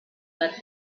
that